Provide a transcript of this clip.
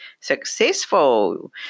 successful